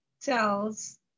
tells